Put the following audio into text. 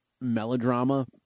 melodrama